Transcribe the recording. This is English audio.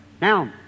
Now